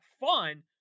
fun